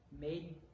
made